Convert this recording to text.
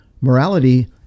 Morality